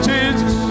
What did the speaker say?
Jesus